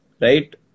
Right